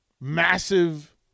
massive